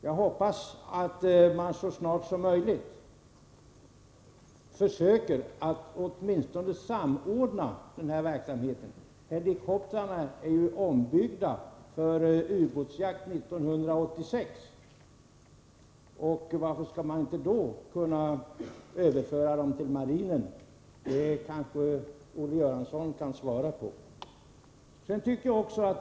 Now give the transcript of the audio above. Jag hoppas att man så snart som möjligt försöker att åtminstone samordna denna verksamhet. Helikoptrarna är ju ombyggda för ubåtsjakt 1986, och varför skall man då inte kunna överföra dem till marinen? Den frågan kanske Olle Göransson kan svara på.